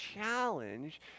challenge